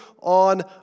on